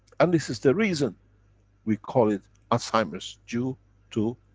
and this is the reason we call it alzheimer's due to